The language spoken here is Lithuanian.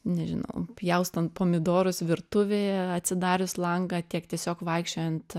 nežinau pjaustant pomidorus virtuvėje atsidarius langą tiek tiesiog vaikščiojant